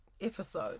episode